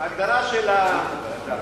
ההגדרה של הפליטים,